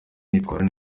nitwara